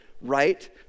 right